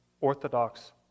orthodox